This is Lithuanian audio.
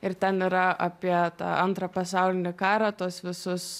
ir ten yra apie tą antrą pasaulinį karą tuos visus